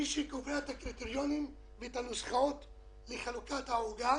מי שקובע את הקריטריונים ואת הנוסחאות לחלוקת העוגה